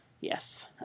yes